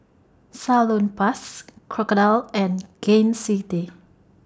Salonpas Crocodile and Gain City